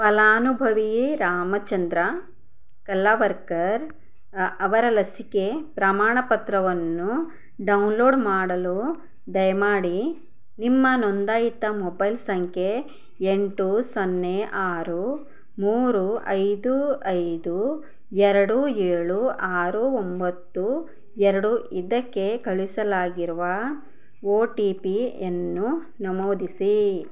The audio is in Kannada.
ಫಲಾನುಭವಿ ರಾಮಚಂದ್ರ ಕಲ್ಲಾವರ್ಕರ್ ಅವರ ಲಸಿಕೆ ಪ್ರಮಾಣಪತ್ರವನ್ನು ಡೌನ್ಲೋಡ್ ಮಾಡಲು ದಯಮಾಡಿ ನಿಮ್ಮ ನೋಂದಾಯಿತ ಮೊಬೈಲ್ ಸಂಖ್ಯೆ ಎಂಟು ಸೊನ್ನೆ ಆರು ಮೂರು ಐದು ಐದು ಎರಡು ಏಳು ಆರು ಒಂಬತ್ತು ಎರಡು ಇದಕ್ಕೆ ಕಳಿಸಲಾಗಿರುವ ಓ ಟಿ ಪಿಯನ್ನು ನಮೂದಿಸಿ